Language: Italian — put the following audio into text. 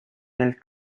nel